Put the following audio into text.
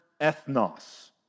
ethnos